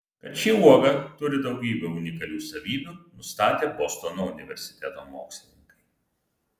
kad ši uoga turi daugybę unikalių savybių nustatė bostono universiteto mokslininkai